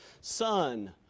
son